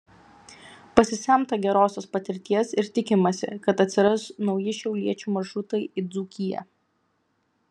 pasisemta gerosios patirties ir tikimasi kad atsiras nauji šiauliečių maršrutai į dzūkiją